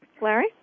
Larry